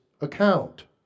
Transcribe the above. account